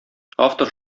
автор